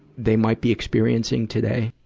they might be experiencing today?